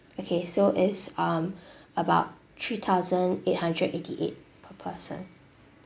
um about three thousand eight hundred eighty eight per person